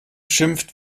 schimpft